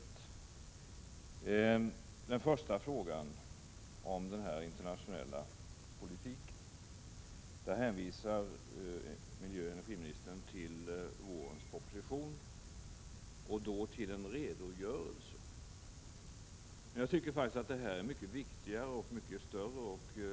När det gäller den första frågan, som handlar om den internationella politiken, hänvisar miljöoch energiministern till vårens proposition — i det här fallet till en redogörelse. Men jag tycker faktiskt att det här är mycket viktigare och mycket mera omfattande än så.